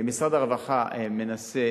משרד הרווחה מנסה